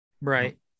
Right